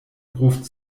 ruft